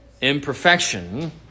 Imperfection